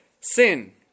sin